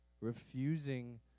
refusing